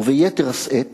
וביתר שאת